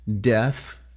death